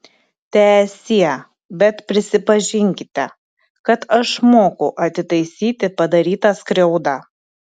teesie bet prisipažinkite kad aš moku atitaisyti padarytą skriaudą